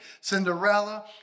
Cinderella